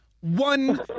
one